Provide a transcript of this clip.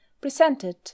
presented